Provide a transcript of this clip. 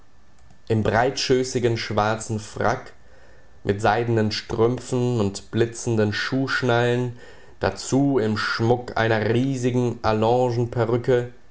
im breitschößigen schwarzen frack mit seidenen strümpfen und blitzenden schuhschnallen dazu im schmuck einer riesigen